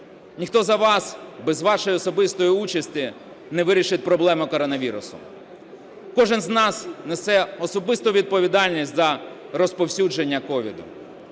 ніхто за вас без вашої особистої участі не вирішить проблеми коронавірусу. Кожен з нас несе особисту відповідальність за розповсюдження СOVID.